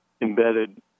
embedded